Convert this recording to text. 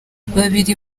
babiri